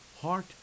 heart